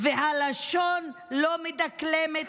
והלשון לא מדקלמת,